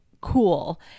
cool